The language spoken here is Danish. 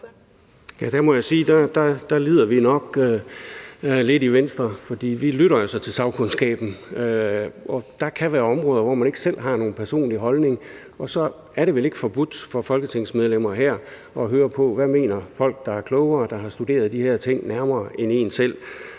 Der må jeg sige, at vi i Venstre nok lider lidt, for vi lytter altså til sagkundskaben. Der kan være områder, hvor man ikke selv har nogen personlig holdning, og så er det vel ikke forbudt for folketingsmedlemmer at lytte til, hvad folk, der er klogere og har studeret de her ting nærmere end en selv,